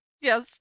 yes